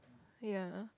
ya